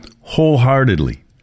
wholeheartedly